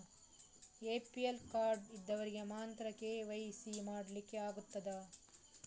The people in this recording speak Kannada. ಎ.ಪಿ.ಎಲ್ ಕಾರ್ಡ್ ಇದ್ದವರಿಗೆ ಮಾತ್ರ ಕೆ.ವೈ.ಸಿ ಮಾಡಲಿಕ್ಕೆ ಆಗುತ್ತದಾ?